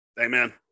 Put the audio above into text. Amen